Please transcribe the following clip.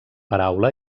paraula